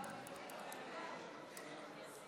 חברות וחברי הכנסת